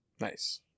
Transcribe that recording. Nice